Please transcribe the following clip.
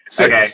okay